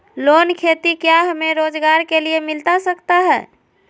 Loan खेती क्या हमें रोजगार के लिए मिलता सकता है?